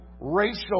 racial